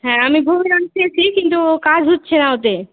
হ্যাঁ আমি গুড় জোয়ান খেয়েছি কিন্তু কাজ হচ্ছে না ওতে